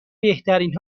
بهترین